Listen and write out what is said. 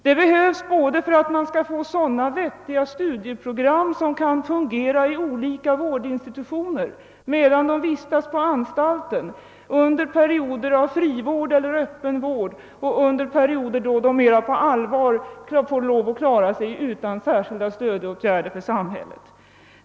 Det behövs både för att de skall få sådana vettiga studieprogram som kan fungera i olika vårdinstitutioner, medan de vistas på anstalt, under perioder av frivård eller öppen vård och under perioder då de mera på allvar får klara sig utan särskilda stödåtgärder från samhället.